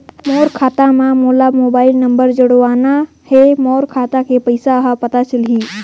मोर खाता मां मोला मोबाइल नंबर जोड़वाना हे मोर खाता के पइसा ह पता चलाही?